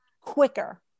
quicker